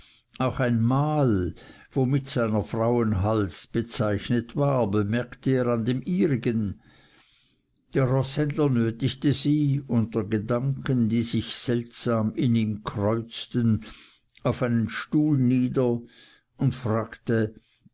auch ein mal womit seiner frauen hals bezeichnet war bemerkte er an dem ihrigen der roßhändler nötigte sie unter gedanken die sich seltsam in ihm kreuzten auf einen stuhl nieder und fragte